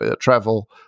travel